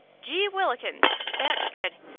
geewhillikens! that's good!